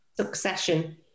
Succession